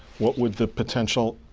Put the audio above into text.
what would the potential,